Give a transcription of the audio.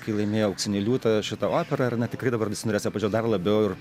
kai laimėjo auksinį liūtą šita opera ar ne tikrai dabar visi norės ją pažiūrėt dar labiau ir